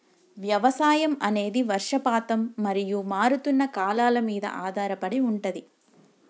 వ్యవసాయం అనేది వర్షపాతం మరియు మారుతున్న కాలాల మీద ఆధారపడి ఉంటది